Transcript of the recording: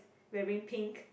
wearing pink